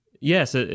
Yes